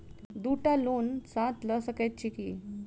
दु टा लोन साथ लऽ सकैत छी की?